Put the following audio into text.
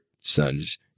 sons